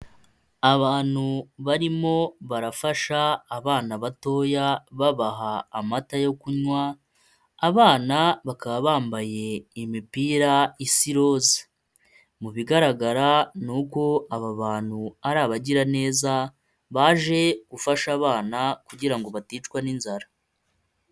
Abantu barimo barafasha abana batoya, babaha amata yo kunywa, abana bakaba bambaye imipira isa iroza, mu bigaragara n'uko aba bantu ari abagiraneza baje gufasha abana, kugira ngo baticwa n'inzara.